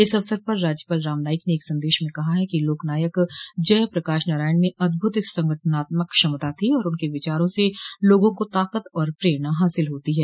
इस अवसर पर राज्यपाल राम नाईक ने एक संदश में कहा है कि लोकनायक जय प्रकाश नारायण में अद्भुत संगठनात्मक क्षमता थी और उनके विचारों से लोगों को ताकत और प्रेरणा हासिल हाती है